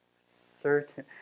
certain